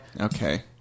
Okay